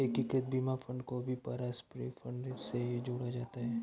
एकीकृत बीमा फंड को भी पारस्परिक फंड से ही जोड़ा जाता रहा है